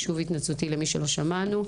שוב, התנצלותי למי שלא שמענו.